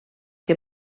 que